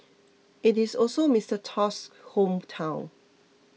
it is also Mister Tusk's hometown